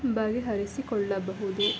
ಬಗೆಹರಿಸಿಕೊಳ್ಳಬಹುದು